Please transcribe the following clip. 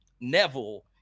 Neville